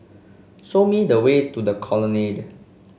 show me the way to The Colonnade